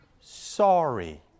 sorry